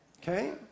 Okay